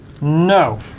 No